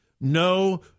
No